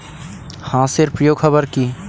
হাঁস এর প্রিয় খাবার কি?